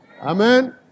Amen